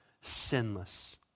sinless